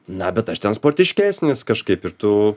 na bet aš ten sportiškesnis kažkaip ir tu